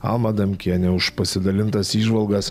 almą adamkienę už pasidalintas įžvalgas